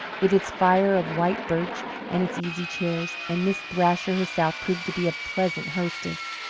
with its fire of white-birch and its easy chairs, and miss thrasher herself proved to be a pleasant hostess.